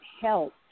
help